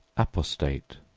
apostate,